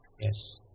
Yes